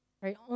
right